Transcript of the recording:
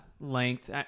length